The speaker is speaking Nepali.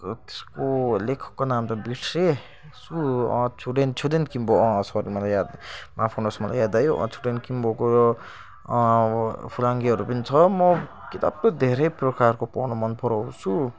त्यसको लेखकको नाम त बिर्सेछु छुडेन छुदेन किम्बो अँ सरी मलाई याद भयो माफ गर्नोस् मलाई याद आयो छुदेन किम्बोको फुलाङ्गेहरू पनि छ म किताब त धेरै प्रकारको पढ्नु मन पराउँछु